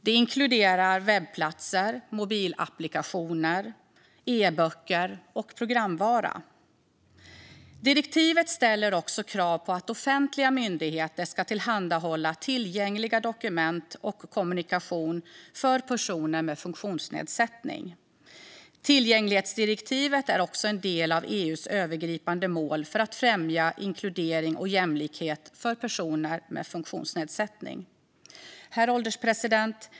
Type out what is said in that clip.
Det inkluderar webbplatser, mobilapplikationer, e-böcker och programvara. Direktivet ställer också krav på att offentliga myndigheter ska tillhandahålla tillgängliga dokument och kommunikation för personer med funktionsnedsättning. Tillgänglighetsdirektivet är också en del av EU:s övergripande mål att främja inkludering och jämlikhet för personer med funktionsnedsättning. Herr ålderspresident!